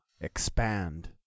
expand